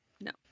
No